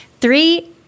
three